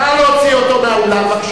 נא להוציא אותו מהאולם.